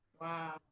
Wow